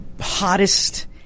hottest